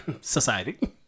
society